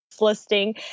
Listing